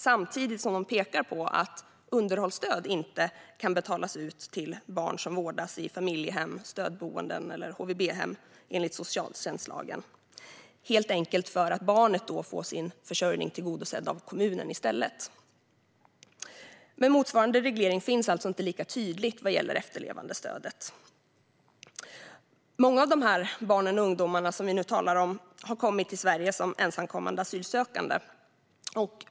Samtidigt pekar de på att underhållsstöd inte kan betalas ut till barn som vårdas i familjehem, stödboenden eller HVB-hem enligt socialtjänstlagen, helt enkelt för att barnet då får sin försörjning tillgodosedd av kommunen i stället. Men motsvarande reglering finns alltså inte lika tydligt när det gäller efterlevandestödet. Många av de barn och ungdomar som vi nu talar om har kommit till Sverige som ensamkommande asylsökande.